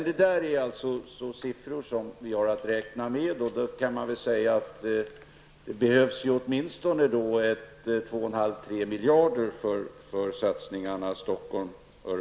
Detta är alltså siffror som vi har att räkna med. Man kan då säga att det behövs åtminstone 2,5--3